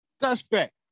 Suspect